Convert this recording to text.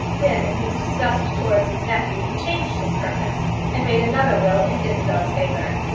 then in his disgust towards his nephew he changed his purpose and made another will in isabel's favour.